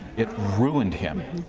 it ruined him.